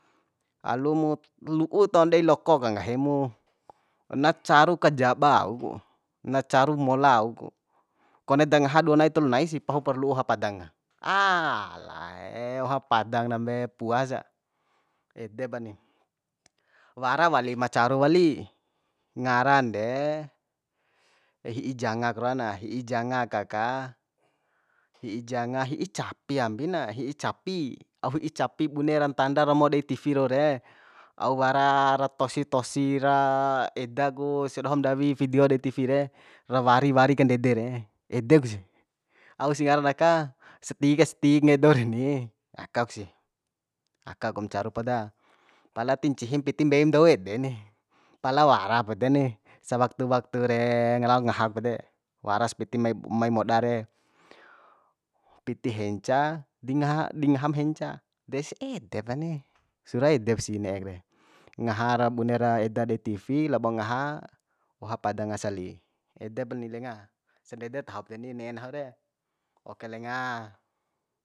Alu mu lu'u tahon dei loko ka nggahimu na caru kajaba au ku na caru mola au ku kone da ngaha dua nai tolu naisih pahupar lu'u oha padang ka alae oha padang rambe puasa ede pani wara walik ma caru wali ngaran de hi'i jangak rua na hi'i janga ka ka hi'i janga hi'i capi ambi na hi'i capi au hi'i capi bune ra ntanda romo dei tivi rau re au wara ra tosi tosi ra eda ku sia dohom ndawi vidio dei tivi re ra wari wari kandede re ede ku sih au sih ngaran aka setik stik nggahi dou reni aka ku si aka kum caru poda pala ti ncihim piti mbeim dou ede ni pala warap pede ni sawaktu waktu re lao ngahak pede waras piti mai moda re piti henca di ngaha di ngaham henca desi edep rani sura edep sih ne'ek re ngaha ra bune ra ede dei tivi labo ngaha oha padang asali edepani lenga sandede tahop deni ne'e nahu re oke lenga